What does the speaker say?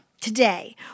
Today